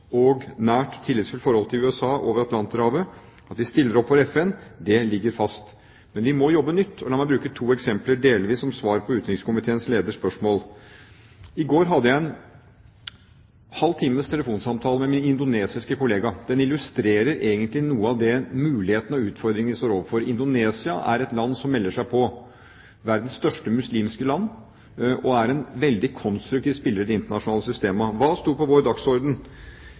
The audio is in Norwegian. og nært og tillitsfullt forhold til USA over Atlanterhavet, og at vi stiller opp for FN – det ligger fast. Men vi må jobbe nytt. La meg bruke to eksempler – delvis som svar på utenrikskomiteens leders spørsmål: I går hadde jeg en halv times telefonsamtale med min indonesiske kollega. Den illustrerer egentlig noe av de mulighetene og utfordringene vi står overfor. Indonesia er et land som melder seg på. Det er verdens største muslimske land og en veldig konstruktiv spiller i det internasjonale systemet. Hva sto på vår dagsorden?